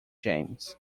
james